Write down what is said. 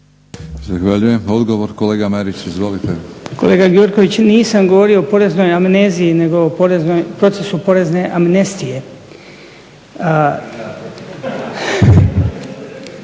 Zahvaljujem. Odgovor, kolega Marić izvolite. **Marić, Goran (HDZ)** Kolega Gjurković nisam govorio o poreznoj amneziji nego o procesu porezne amnestije.